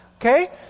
okay